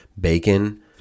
bacon